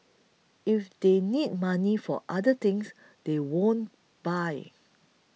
if they need money for other things they won't buy